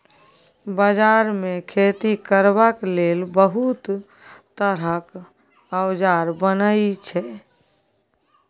बजार मे खेती करबाक लेल बहुत तरहक औजार बनई छै